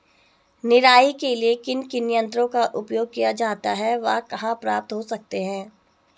निराई के लिए किन किन यंत्रों का उपयोग किया जाता है वह कहाँ प्राप्त हो सकते हैं?